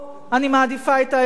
אני מעדיפה את האחד.